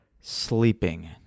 sleeping